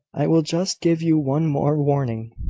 i will just give you one more warning,